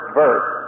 verse